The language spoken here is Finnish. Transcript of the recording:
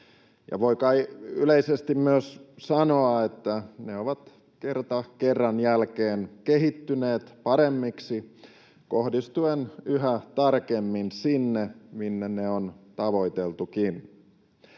voi kai yleisesti myös sanoa, että ne ovat kerta kerran jälkeen kehittyneet paremmiksi kohdistuen yhä tarkemmin sinne, minne on tavoiteltukin.